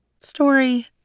story